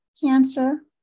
cancer